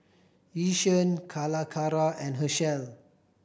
Yishion Calacara and Herschel